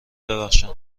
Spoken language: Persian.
ببخشند